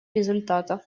результатов